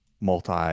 multi